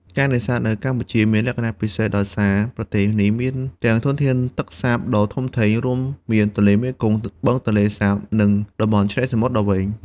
ការនេសាទនៅកម្ពុជាមានលក្ខណៈពិសេសដោយសារប្រទេសនេះមានទាំងធនធានទឹកសាបដ៏ធំធេង រួមមាន ទន្លេមេគង្គ បឹងទន្លេសាប និងតំបន់ឆ្នេរសមុទ្រដ៏វែង។